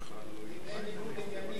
אם אין ניגוד עניינים,